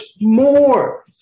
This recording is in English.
more